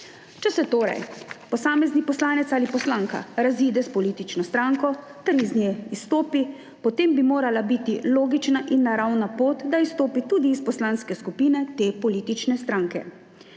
Če se torej posamezni poslanec ali poslanka razide s politično stranko ter iz nje izstopi, potem bi morala biti logična in naravna pot, da izstopi tudi iz poslanske skupine te politične stranke.